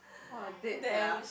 !wah! dead sia